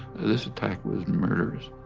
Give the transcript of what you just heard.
this attack was murderous.